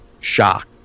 shocked